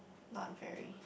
not very